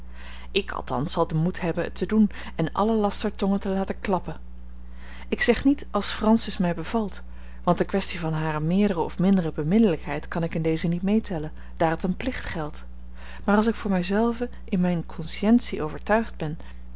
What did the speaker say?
ik althans zal den moed hebben het te doen en alle lastertongen te laten klappen ik zeg niet als francis mij bevalt want de kwestie van hare meerdere of mindere beminnelijkheid kan ik in deze niet meetellen daar het een plicht geldt maar als ik voor mij zelven in mijne consciëntie overtuigd ben